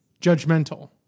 judgmental